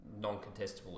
non-contestable